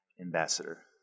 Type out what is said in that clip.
ambassador